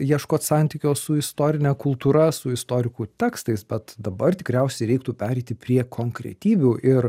ieškot santykio su istorine kultūra su istorikų tekstais bet dabar tikriausiai reiktų pereiti prie konkretybių ir